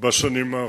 בשנים האחרונות.